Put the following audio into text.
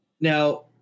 Now